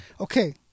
Okay